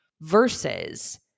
versus